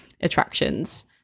attractions